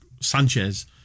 sanchez